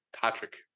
Patrick